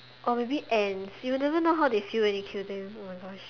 or maybe ants you will never know how they feel when you kill them oh my gosh